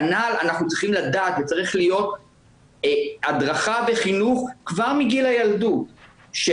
כנ"ל אנחנו צריכים לדעת וצריכה להיות הדרכה וחינוך כבר מגיל הילדות של